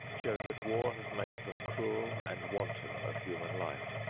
show that war has made them cruel and wanton of human life.